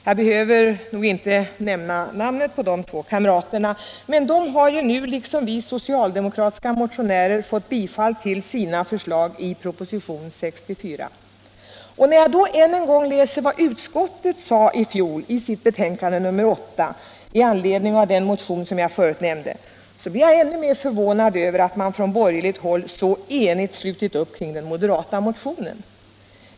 Jag behöver nog inte nämna deras namn. De har nu liksom vi socialdemokratiska motionärer fått bifall till sina förslag genom propositionen 1975/76:64. När jag läser vad utskottet i sitt betänkande nr 8 i fjol sade i anledning av den motionen blir jag ännu mer förvånad över att man från borgerligt håll så enigt sluter upp kring den moderata motionen.